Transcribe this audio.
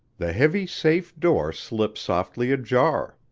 the heavy safe door slip softly ajar.